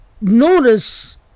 notice